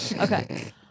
Okay